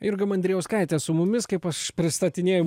jurga mandrijauskaitė su mumis kaip aš pristatinėju